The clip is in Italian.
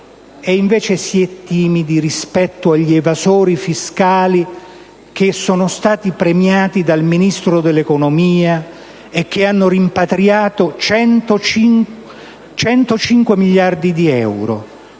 invece si è timidi rispetto agli evasori fiscali, che sono stati premiati anche dal Ministro dell'economia, che hanno rimpatriato 105 miliardi di euro.